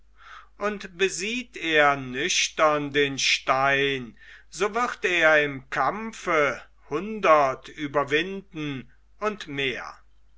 und besieht er nüchtern den stein so wird er im kampfe hundert überwinden und mehr